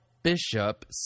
bishop